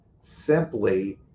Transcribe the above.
simply